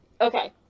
okay